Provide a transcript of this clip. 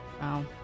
Wow